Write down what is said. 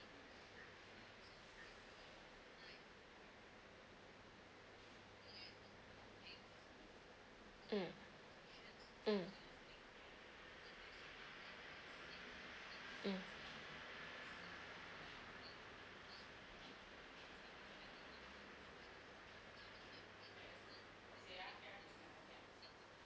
mm mm mm